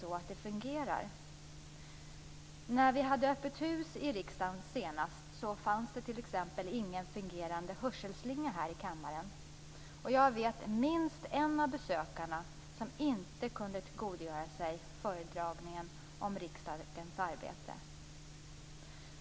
När vi senast hade öppet hus i riksdagen fanns det t.ex. ingen fungerande hörselslinga här i kammaren. Jag vet att det var minst en av besökarna som inte kunde tillgodogöra sig föredragningen om riksdagens arbete.